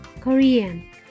Korean